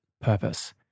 purpose